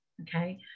okay